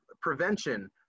prevention